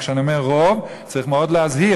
כשאני אומר "רוב" צריך מאוד להיזהר,